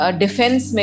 defense